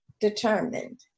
determined